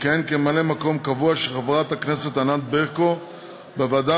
יכהן כממלא-מקום קבוע של חברת הכנסת ענת ברקו בוועדה